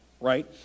right